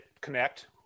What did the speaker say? connect